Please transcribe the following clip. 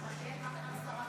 אני עונה בשם שר החינוך.